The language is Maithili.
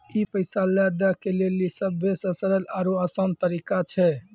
ई पैसा लै दै के लेली सभ्भे से सरल आरु असान तरिका छै